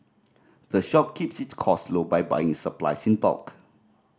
the shop keeps its cost low by buying supplies in bulk